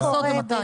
כמה קנסות ומתי.